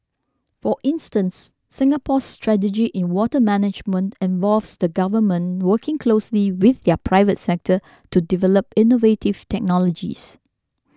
for instance Singapore's strategy in water management involves the Government working closely with the private sector to develop innovative technologies